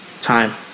time